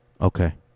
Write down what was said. Okay